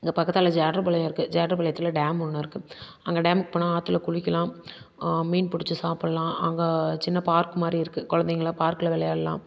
இங்கே பக்கத்தால் ஜேட்றுபாளையம் இருக்குது ஜேட்றுபாளையத்தில் டேம் ஒன்று இருக்குது அங்கே டேமுக்கு போனால் ஆற்றுல குளிக்கலாம் மீன் பிடிச்சி சாப்பிட்லாம் அங்கே சின்ன பார்க் மாதிரி இருக்குது குழந்தைங்கலாம் பார்கில் விளையாட்லாம்